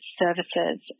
services